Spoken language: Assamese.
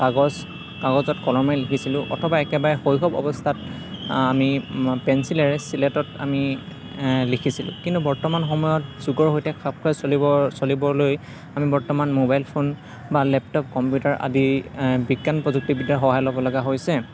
কাগজ কাগজত কলমেৰে লিখিছিলোঁ অথবা একেবাৰে শৈশৱ অৱস্থাত আমি পেঞ্চিলেৰে চিলেটত আমি লিখিছিলোঁ কিন্তু বৰ্তমান সময়ত যুগৰ সৈতে খাপ খুৱাই চলিবৰ চলিবলৈ আমি বৰ্তমান ম'বাইল ফোন বা লেপটপ কম্পিউটাৰ আদি বিজ্ঞান প্ৰযুক্তিবিদ্যাৰ সহায় ল'ব লগা হৈছে